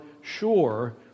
sure